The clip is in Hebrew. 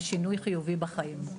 לשינוי חיובי בחיים.